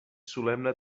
solemne